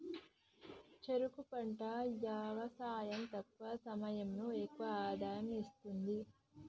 చెరుకు పంట యవసాయం తక్కువ సమయంలో ఎక్కువ ఆదాయం ఇస్తుంది